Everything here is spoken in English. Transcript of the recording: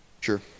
Sure